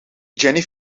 jenny